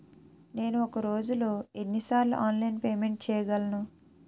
నేను ఒక రోజులో ఎన్ని సార్లు ఆన్లైన్ పేమెంట్ చేయగలను?